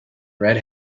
red